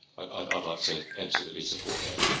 i'd i'd like to absolutely support that.